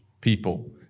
people